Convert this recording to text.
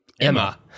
Emma